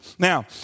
Now